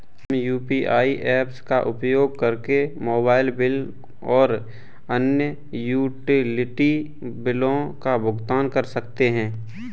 हम UPI apps का उपयोग करके मोबाइल बिल और अन्य यूटिलिटी बिलों का भुगतान कर सकते हैं